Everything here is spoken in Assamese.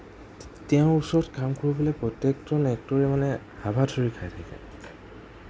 তেওঁৰ ওচৰত কাম কৰিবলৈ প্ৰত্যেকজন এক্টৰে মানে হাবাথুৰি খাই থাকে